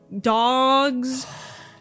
dogs